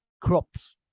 crops